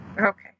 Okay